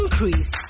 increase